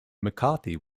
mccarthy